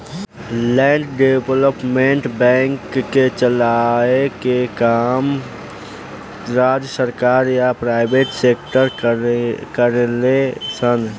land development bank के चलाए के काम राज्य सरकार या प्राइवेट सेक्टर करेले सन